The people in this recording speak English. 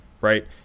right